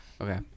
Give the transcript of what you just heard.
Okay